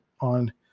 on